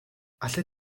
allet